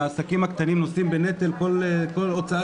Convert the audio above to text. שהעסקים הקטנים נושאים בנטל כל הוצאה